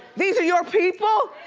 these are your people,